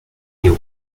有关